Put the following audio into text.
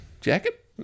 jacket